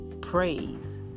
Praise